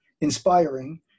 inspiring